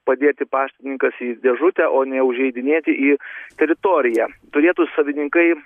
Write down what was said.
padėti paštininkas į dėžutę o ne užeidinėti į teritoriją turėtų savininkai